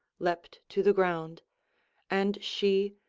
leapt to the ground and she,